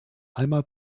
einmal